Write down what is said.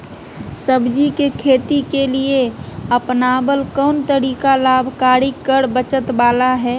सब्जी के खेती के लिए अपनाबल कोन तरीका लाभकारी कर बचत बाला है?